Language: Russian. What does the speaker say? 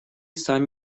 сам